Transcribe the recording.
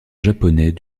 japonais